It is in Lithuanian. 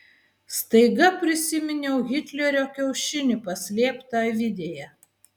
staiga prisiminiau hitlerio kiaušinį paslėptą avidėje